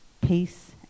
peace